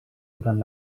durant